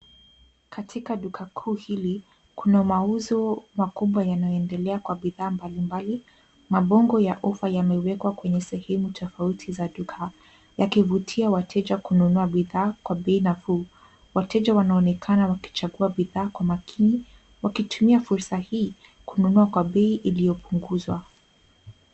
Katika duka kuu hili, kuna mauzo makubwa yanayoendelea kwa bidhaa mbalimbali. Mabongo ya ufa yamewekwa kwenye sehemu tofauti za duka, yakivutia wateja kununua bidhaa kwa bei nafuu. Wateja wanaonekana wakichagua bidhaa kwa makini, wakitumia fursa hii kununua kwa bei iliyo punguzwa.